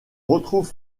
retrouve